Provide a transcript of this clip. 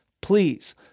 Please